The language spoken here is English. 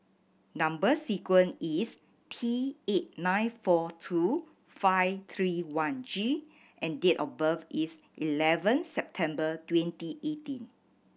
number sequence is T eight nine four two five three one G and date of birth is eleven September twenty eighteen